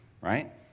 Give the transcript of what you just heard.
right